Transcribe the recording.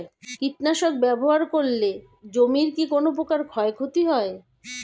কীটনাশক ব্যাবহার করলে জমির কী কোন প্রকার ক্ষয় ক্ষতি হয়?